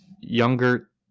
younger